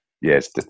yes